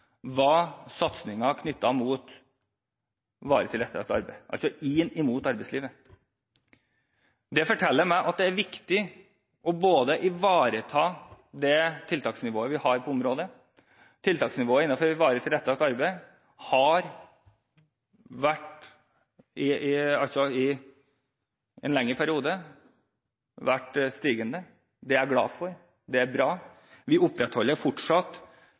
var satsingen knyttet mot varig tilrettelagt arbeid, altså inn mot arbeidslivet. Dette forteller meg at det er viktig å ivareta det tiltaksnivået vi har på området. Tiltaksnivået innenfor varig tilrettelagt arbeid har i en lengre periode vært stigende, og det er jeg glad for, det er bra. Vi opprettholder fortsatt